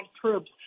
troops